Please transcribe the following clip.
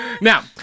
Now